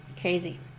crazy